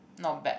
not bad